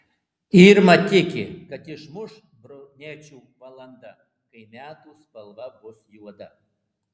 irma tiki kad išmuš brunečių valanda kai metų spalva bus juoda